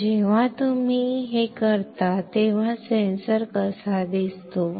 तर जेव्हा तुम्ही हे करता तेव्हा सेन्सर कसा दिसतो